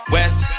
West